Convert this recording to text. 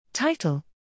Title